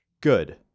Good